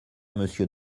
monsieur